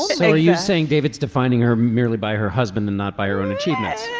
so you're saying david's defining her merely by her husband and not by her own achievements